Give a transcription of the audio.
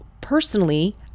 personally